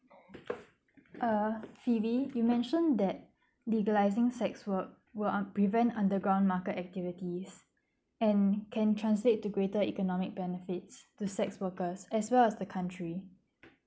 err phoebe you mentioned that legalising sex work would ah prevent underground market activities and can translate to greater economic benefits to sex workers as well as the country